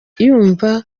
yumva